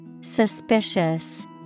Suspicious